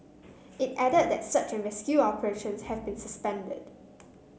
it added that search and rescue operations have been suspended